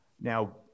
Now